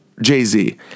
Jay-Z